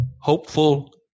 Hopeful